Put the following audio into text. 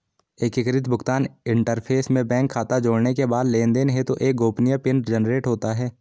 एकीकृत भुगतान इंटरफ़ेस में बैंक खाता जोड़ने के बाद लेनदेन हेतु एक गोपनीय पिन जनरेट होता है